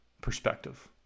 Perspective